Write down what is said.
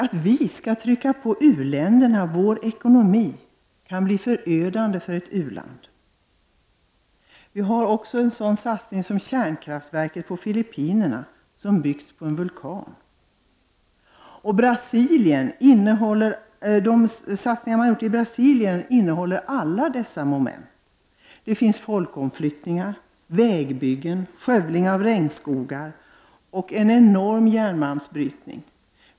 Att påtvinga ett u-land vår ekonomi kan bli förödande för landet i fråga. Jag kan vidare nämna satsningen på ett kärnkraftverk på Filippinerna som byggs på en vulkan. De satsningar som har gjorts i Brasilien omfattar alla dessa moment. Det förekommer folkomflyttningar, vägbyggen, skövling av regnskogar och en enorm järnmalmsbrytning.